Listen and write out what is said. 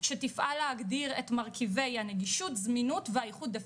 שתפעל להגדיר את מרכיבי הנגישות זמינות והאיכות דה-פקטו,